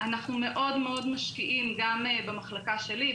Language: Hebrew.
אנחנו מאוד משקיעים גם במחלקה שלי,